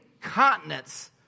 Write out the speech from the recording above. Continents